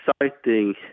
exciting